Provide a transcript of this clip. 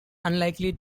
unlikely